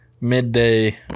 midday